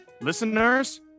listeners